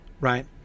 right